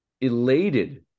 elated